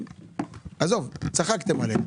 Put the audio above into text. עזוב, צחקתם עלינו.